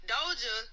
Doja